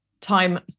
Time